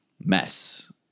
mess